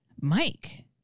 Mike